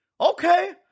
Okay